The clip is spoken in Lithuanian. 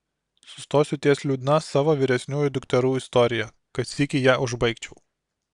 sustosiu ties liūdna savo vyresniųjų dukterų istorija kad sykį ją užbaigčiau